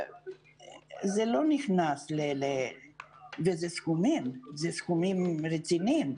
זה לא נכנס, ואלה סכומים רציניים.